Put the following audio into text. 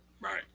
Right